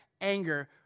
anger